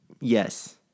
Yes